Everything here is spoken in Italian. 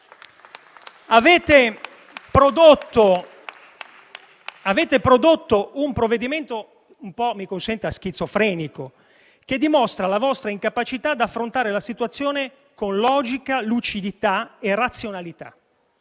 avete prodotto un provvedimento un po' schizofrenico, che dimostra la vostra incapacità di affrontare la situazione con logica, lucidità e razionalità.